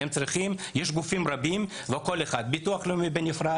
יש גופים רבים שפועלים בנפרד,